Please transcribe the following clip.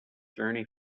journey